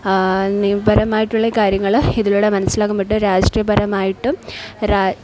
നിയമപരമായിട്ടുള്ള ഈ കാര്യങ്ങൾ ഇതിലൂടെ മനസ്സിലാക്കാൻ പറ്റും രാഷ്ട്രീയപരമായിട്ടും